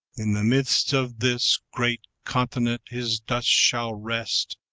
in the midst of this great continent his dust shall rest,